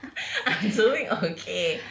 I'm doing okay